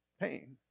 pain